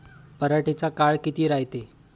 पराटीचा काळ किती रायते?